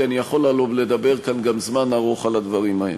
כי אני יכול הלוא לדבר כאן גם זמן רב על הדברים האלה.